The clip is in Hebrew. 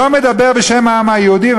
לא מקבלים קופונים עבור ההקצבות האלה.